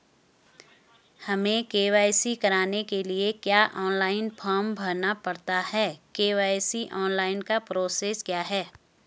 हमें के.वाई.सी कराने के लिए क्या ऑनलाइन फॉर्म भरना पड़ता है के.वाई.सी ऑनलाइन का प्रोसेस क्या है?